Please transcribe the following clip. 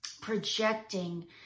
projecting